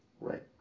Right